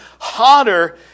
hotter